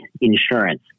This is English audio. insurance